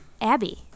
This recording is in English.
Abby